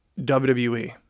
WWE